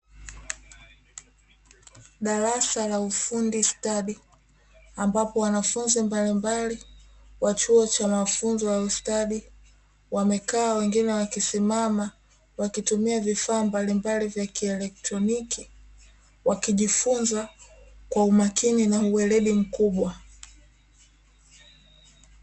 Darasa la ufundi stadi ambapo wanafunzi mbalimbali, wa chuo cha mafunzo ya ufundi stadi wamekaa wengine wakisimama, wakitumia vifaa mbalimbali vya kielotroniki wakijifunza kwa umakini na weledi mkubwa.